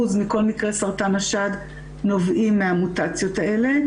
מכל מקרי סרטן השד נובעים מהמוטציות האלה,